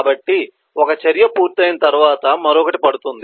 కాబట్టి ఒక చర్య పూర్తయిన తర్వాత మరొకటి పడుతుంది